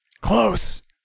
Close